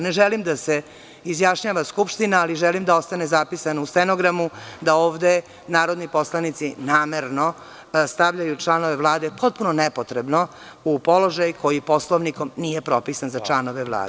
Ne želim da se izjašnjava Skupština, ali želim da ostane zapisano u stenogramu da ovde narodni poslanici namerno stavljaju članove Vlade potpuno nepotrebno u položaj koji Poslovnikom nije propisan za članove Vlade.